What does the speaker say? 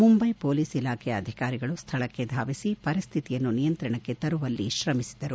Mumbai police ಇಲಾಖೆಯ ಅಧಿಕಾರಿಗಳು ಸ್ವಳಕ್ಕೆ ಧಾವಿಸಿ ಪರಿಸ್ಟಿತಿಯನ್ನು ನಿಯಂತ್ರಣಕ್ಕೆ ತರುವಲ್ಲಿ ತ್ರಮಿಸಿದರು